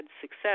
success